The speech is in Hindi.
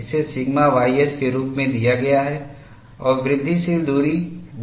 इसे सिग्मा ys के रूप में दिया गया है और वृद्धिशील दूरी ds है